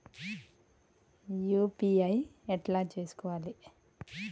UPI ఎట్లా చేసుకోవాలి?